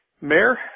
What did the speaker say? Mayor